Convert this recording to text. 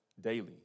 daily